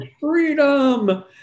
freedom